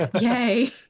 Yay